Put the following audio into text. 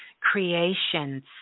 Creations